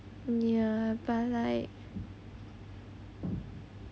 ya but like